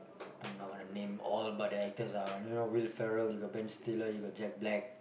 I'm not gonna name all but the actors are you know Will-Ferrell you got Ben-Stiller you got Jack-Black